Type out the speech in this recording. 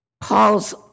Paul's